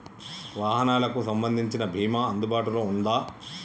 వాహనాలకు సంబంధించిన బీమా అందుబాటులో ఉందా?